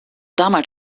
damals